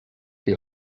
die